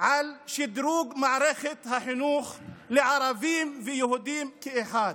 על שדרוג מערכת החינוך לערבים ויהודים כאחד.